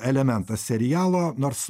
elementas serialo nors